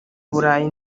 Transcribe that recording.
burayi